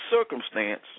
circumstance